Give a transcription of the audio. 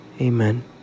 Amen